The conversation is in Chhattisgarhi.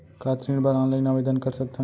का ऋण बर ऑनलाइन आवेदन कर सकथन?